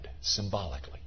symbolically